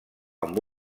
amb